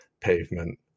Pavement